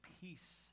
peace